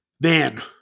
man